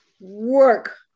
work